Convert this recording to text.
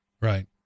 Right